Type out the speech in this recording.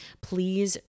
please